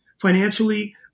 financially